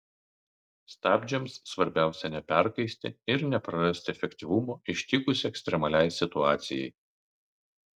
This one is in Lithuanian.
stabdžiams svarbiausia neperkaisti ir neprarasti efektyvumo ištikus ekstremaliai situacijai